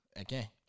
Okay